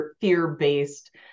fear-based